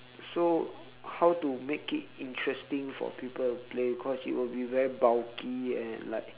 so how to make it interesting for people to play cause it will be very bulky and like